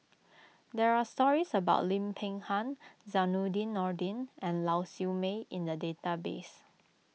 there are stories about Lim Peng Han Zainudin Nordin and Lau Siew Mei in the database